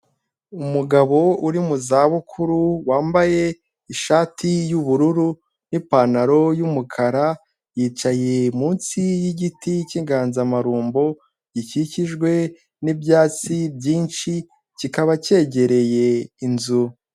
Umugabo uri mu za bukuru wambaye ishati y'ubururu n'ipantaro y'umukara, yicaye munsi y'igiti cy'inganzamarumbo gikikijwe n'ibyatsi byinshi kikaba cyegereye inzu.